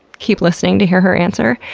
keep listening to hear her answer.